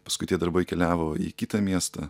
paskui tie darbai keliavo į kitą miestą